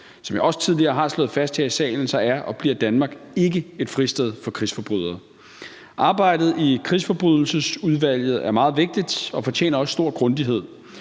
Som jeg også tidligere har slået fast her i salen, er og bliver Danmark ikke et fristed for krigsforbrydere. Arbejdet i krigsforbrydelsesudvalget er meget vigtigt og fortjener også stor grundighed.